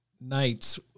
nights